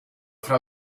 fra